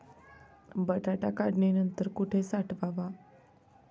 बटाटा काढणी नंतर कुठे साठवावा?